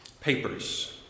papers